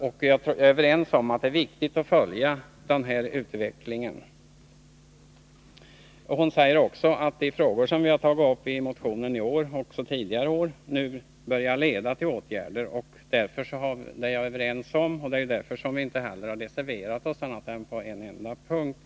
Vi är överens om att det är viktigt att följa utvecklingen på det här området. Grethe Lundblad sade också att de frågor som vi tagit upp i vår motion i år, och även tidigare år, nu börjar leda till åtgärder. Det håller jag med om. Det är därför vi i år inte har reserverat oss mer än på en enda punkt.